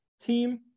team